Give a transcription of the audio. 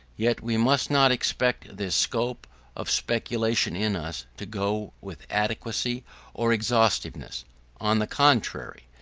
yet we must not expect this scope of speculation in us to go with adequacy or exhaustiveness on the contrary,